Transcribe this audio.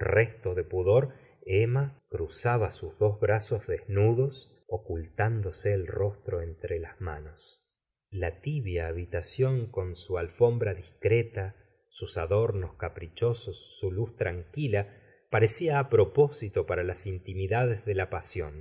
restq de pudor emma cruzaba sus dos brazos desnudos ocultándose el rostro entre las manos la tibia habitación con su alfombra discreta toko ii i a se ora de bovary gustavo flaubert sus adornos caprichosos su luz tranquila parecia á propósito para las intimida des de la pasión